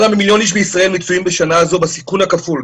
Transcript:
למעלה ממיליון איש בישראל נמצאים בשנה זו בסיכון הכפול,